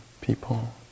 people